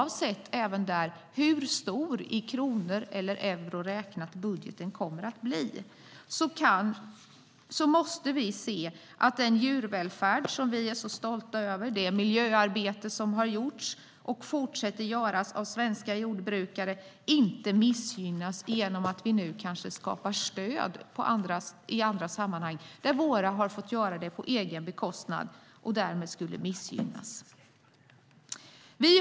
Det gäller oavsett hur stor i kronor eller i euro räknat budgeten kommer att bli. Vi måste se till att den djurvälfärd som vi är stolta över och det miljöarbete som har gjorts och fortsätter att göras svenska jordbrukare inte missgynnas genom att vi nu kanske skapar stöd i andra sammanhang där våra jordbrukare har fått göra det på egen bekostnad och därmed skulle missgynnas.